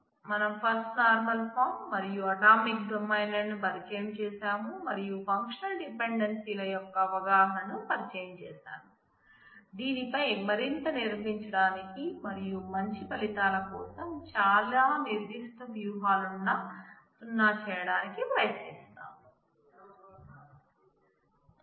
మనం first normal form మరియు atomic డొమైన్లను పరిచయం చేస్తున్నాం మరియు ఫంక్షనల్ డిపెండెన్సీల యొక్క అవగాహనను పరిచయం చేశాం దీని పై మరింత నిర్మించడానికి మరియు మంచి ఫలితాల కోసం చాలా నిర్దిష్ట వ్యూహాలను సున్నా చేయడానికి ప్రయత్నిస్తాము